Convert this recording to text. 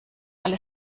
alle